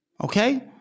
Okay